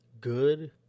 Good